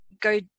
go